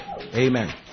Amen